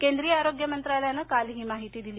केंद्रीय आरोग्य मंत्रालयानं काल ही माहिती दिली